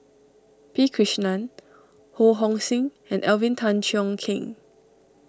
P Krishnan Ho Hong Sing and Alvin Tan Cheong Kheng